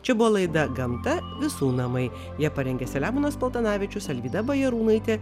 čia buvo laida gamta visų namai ją parengė selemonas paltanavičius alvyda bajarūnaitė